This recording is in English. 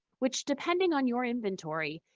which, depending on your inventory,